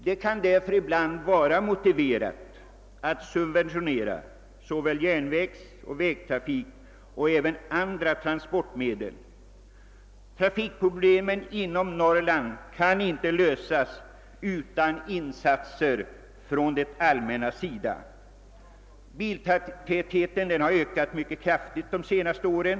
Det kan ibland vara motiverat att subventionera såväl järnvägssom landsvägstrafik och även andra transporter. Trafikfrågorna i Norrland kan inte lösas utan insatser från det allmännas sida. Biltätheten har ökat mycket kraftigt under de senaste åren.